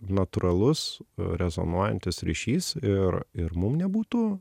natūralus rezonuojantis ryšys ir ir mum nebūtų